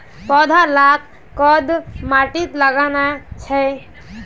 पौधा लाक कोद माटित लगाना चही?